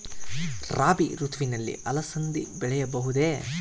ರಾಭಿ ಋತುವಿನಲ್ಲಿ ಅಲಸಂದಿ ಬೆಳೆಯಬಹುದೆ?